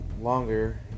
longer